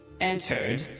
entered